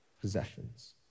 possessions